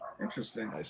Interesting